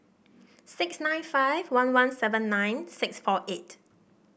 six nine five one one seven nine six four eight